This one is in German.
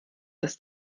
dass